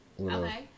Okay